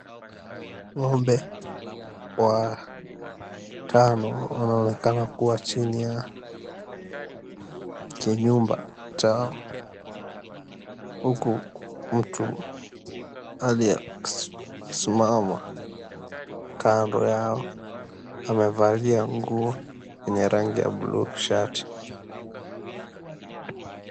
Ng'ombe watano wanaonekana kuwa chini ya kinyumba chao huku mtu aliyesimama kando yao amevalia nguo yenye rangi ya buluu, shati.